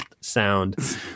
sound